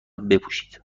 بپوشید